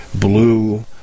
Blue